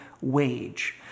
wage